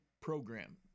program